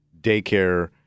Daycare